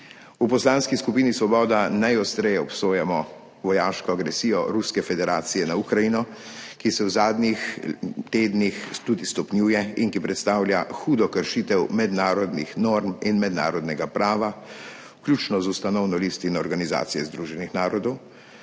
V Poslanski skupini Svoboda najostreje obsojamo vojaško agresijo Ruske federacije na Ukrajino, ki se v zadnjih tednih tudi stopnjuje in ki predstavlja hudo kršitev mednarodnih norm in mednarodnega prava, vključno z ustanovno listino Organizacije združenih narodov.